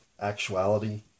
actuality